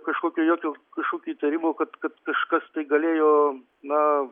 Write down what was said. kažkokio jokių kažkokių įtarimų kad kažkas tai galėjo na